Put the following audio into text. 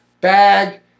bag